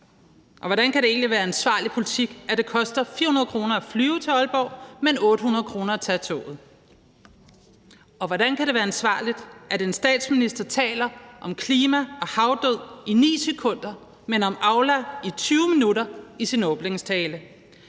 Hvordan kan det egentlig være ansvarlig politik, at det koster 400 kr. at flyve til Aalborg, men 800 kr. at tage toget? Og hvordan kan det være ansvarligt, at en statsminister i sin åbningstale taler om Aula i 20 minutter, men om klima